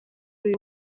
uyu